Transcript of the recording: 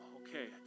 okay